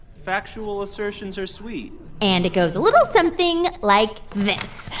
factual assertions are sweet and it goes a little something like this.